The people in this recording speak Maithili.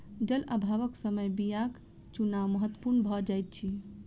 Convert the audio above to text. जल अभावक समय बीयाक चुनाव महत्पूर्ण भ जाइत अछि